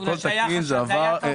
כן.